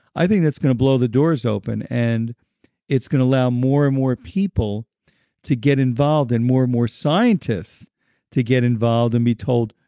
i think that's going to blow the doors open and it's going to allow more and more people to get involved, and more and more scientists to get involved and be told,